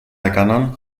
έκαναν